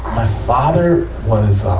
my father was,